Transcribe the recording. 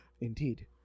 indeed